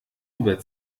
über